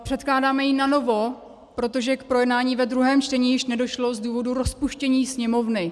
Předkládáme ji nanovo, protože k projednání ve druhém čtení již nedošlo z důvodu rozpuštění Sněmovny.